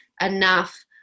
enough